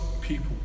people